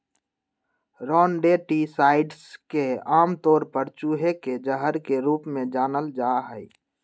rodenticides के आमतौर पर चूहे के जहर के रूप में जानल जा हई